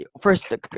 First